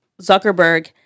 Zuckerberg